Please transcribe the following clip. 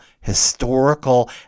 historical